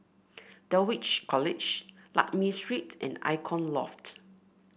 Dulwich College Lakme Street and Icon Loft